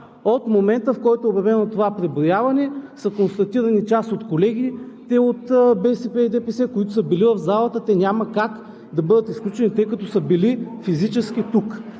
От момента, в който е обявено това преброяване, са констатирани част от колегите от БСП и ДПС, които са били в залата – те няма как да бъдат изключени, тъй като са били физически тук.